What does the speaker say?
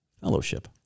Fellowship